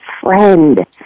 friend